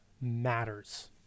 matters